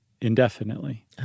indefinitely